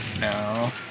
no